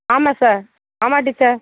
ஆமாம் சார் ஆமாம் டீச்சர்